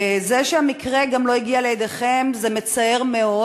זה שהמקרה גם לא הגיע לידיכם זה מצער מאוד,